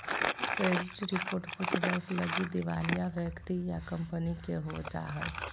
credit report कुछ वर्ष लगी दिवालिया व्यक्ति या कंपनी के हो जा हइ